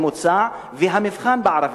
הממוצע והמבחן בערבית.